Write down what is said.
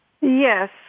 Yes